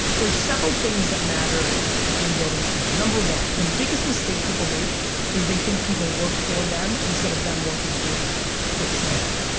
there's several things that matter in building a team. number one, the biggest mistake people make is they think people work for them instead of them working for that team member.